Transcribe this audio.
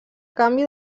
canvi